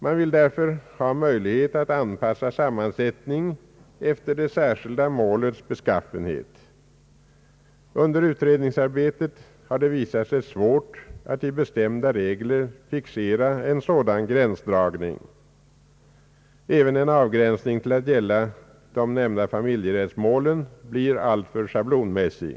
Man vill därför ha möjlighet att anpassa sammansättningen till det särskilda målets beskaffenhet. Under utredningsarbetet har det visat sig svårt att i bestämda regler fixera en sådan gränsdragning. Även en avgränsning till att gälla de nämnda familjerättsmålen blir alltför scehablonmässig.